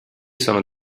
sono